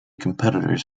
competitors